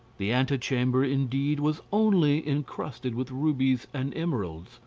the antechamber, indeed, was only encrusted with rubies and emeralds,